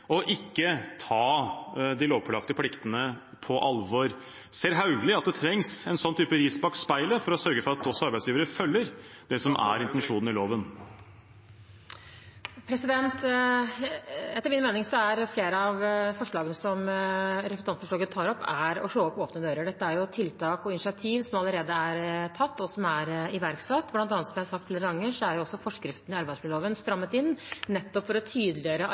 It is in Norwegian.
ikke å ta de lovpålagte pliktene på alvor. Ser statsråd Hauglie at det trengs en sånn type ris bak speilet for å sørge for at arbeidsgivere følger intensjonen i loven? Etter min mening er flere av forslagene som representantforslaget tar opp, å slå inn åpne dører. Dette er initiativer og tiltak som allerede er tatt og iverksatt. Blant annet er, som jeg har sagt flere ganger, forskriftene i arbeidsmiljøloven strammet inn nettopp for å tydeliggjøre